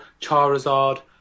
Charizard